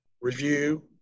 review